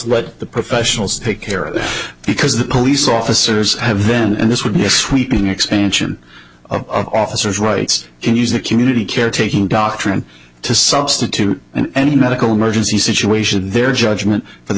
let the professionals take care of this because the police officers have then and this would be a sweeping expansion of officers rights in user community caretaking doctrine to substitute any medical emergency situation their judgment for the